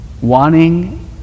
Wanting